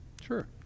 Sure